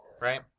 right